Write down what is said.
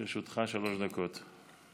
לרשותך שלוש דקות.